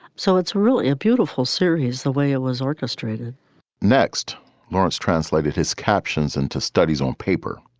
so it's really a beautiful series, the way it was orchestrated next lawrence translated his captions into studies on paper,